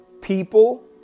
People